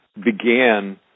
began